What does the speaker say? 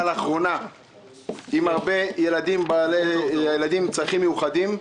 לאחרונה להרבה ילדים עם צרכים מיוחדים,